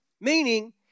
Meaning